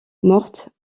morte